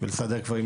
ולסדר כבר,